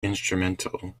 instrumental